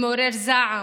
מעורר זעם